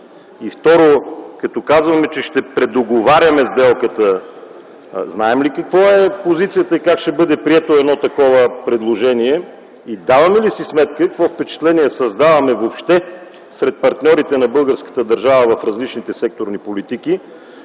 Второ, като казваме, че ще предоговаряме сделката, знаем ли каква е позицията и как ще бъде прието едно такова предложение? Даваме ли си сметка какво впечатление създаваме въобще сред партньорите на българската държава в различните секторни политики,